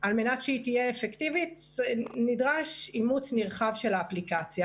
על מנת שהיא תהיה אפקטיבית נדרש אימוץ נרחב של האפליקציה.